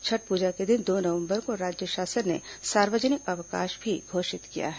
छठ पूजा के दिन दो नवंबर को राज्य शासन ने सार्वजनिक अवकाश भी घोषित किया है